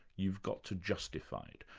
you've got to justify it,